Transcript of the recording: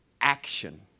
action